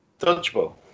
Dodgeball